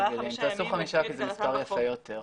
תעשו חמישה, זה מספר יפה יותר.